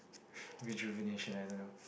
rejuvenation I don't know